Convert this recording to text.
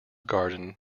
garden